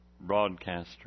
Broadcaster